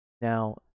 Now